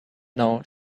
know